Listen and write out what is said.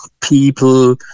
people